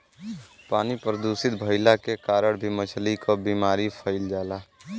पानी प्रदूषित भइले के कारण भी मछली क बीमारी फइल जाला